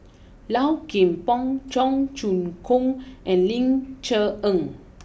Low Kim Pong Cheong Choong Kong and Ling Cher Eng